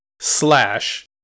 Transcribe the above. slash